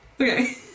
Okay